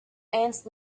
ants